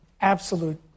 absolute